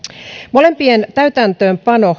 molempien täytäntöönpano